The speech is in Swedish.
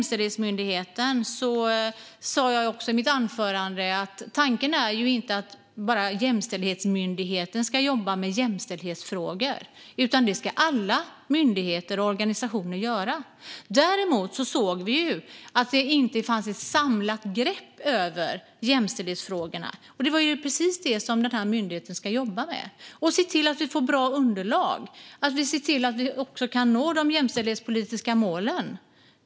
Som jag sa i mitt anförande är inte tanken att bara Jämställdhetsmyndigheten ska jobba med jämställdhetsfrågor; det ska alla myndigheter och organisationer göra. Däremot såg vi att det inte fanns ett samlat grepp om jämställdhetsfrågorna, och det är precis det som den här myndigheten ska jobba med. Den ska se till att vi får bra underlag och att vi kan nå de jämställdhetspolitiska målen.